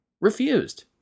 refused